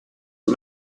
and